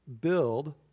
build